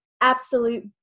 absolute